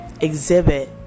exhibit